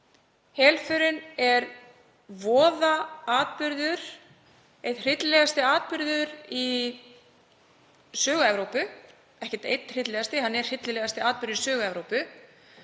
Helförin er voðaatburður, einn hryllilegasti atburður í sögu Evrópu, ekkert einn hryllilegasti, hann er hryllilegasti atburður í sögu Evrópu,